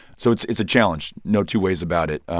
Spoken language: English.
so it's it's a challenge, no two ways about it.